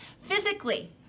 Physically